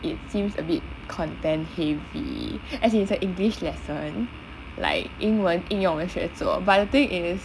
it seems a bit content heavy as in it's a english lesson like 英文应用文写作 but the thing is